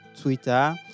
Twitter